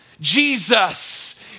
Jesus